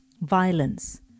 violence